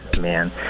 man